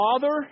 Father